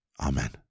Amen